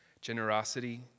generosity